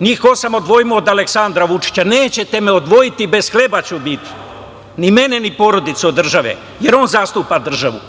Njih osam odvojimo od Aleksandra Vućića. Nećete me odvojiti, bez hleba ću biti, ni mene, ni porodicu od države, jer on zastupa državu.